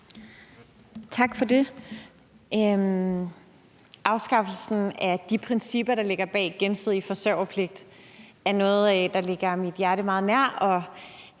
Tak for det. Afskaffelsen af de principper, der ligger bag gensidig forsørgerpligt, er noget, der ligger mit hjerte meget nær,